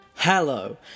Hello